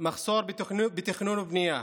מחסור בתכנון ובנייה,